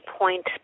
point